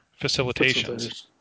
facilitations